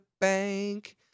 bank